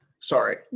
sorry